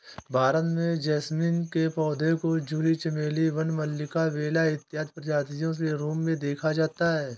भारत में जैस्मीन के पौधे को जूही चमेली वन मल्लिका बेला इत्यादि प्रजातियों के रूप में देखा जाता है